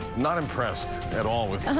not impressed at all.